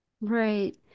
Right